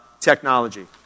technology